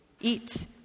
Eat